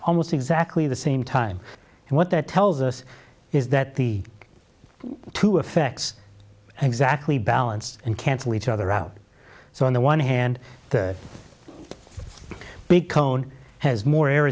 almost exactly the same time and what that tells us is that the two effects exactly balance and cancel each other out so on the one hand the big cone has more air